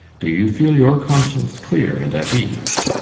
do you feel your conscience clear and at ease?